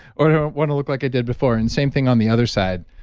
or i want to look like i did before. and same thing on the other side,